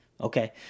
Okay